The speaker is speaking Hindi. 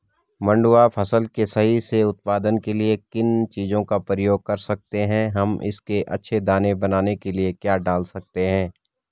मंडुवा फसल के सही से उत्पादन के लिए किन चीज़ों का प्रयोग कर सकते हैं हम इसके अच्छे दाने बनाने के लिए क्या डाल सकते हैं?